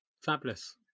fabulous